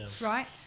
Right